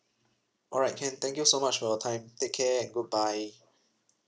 alright can thank you so much for your time take care and goodbye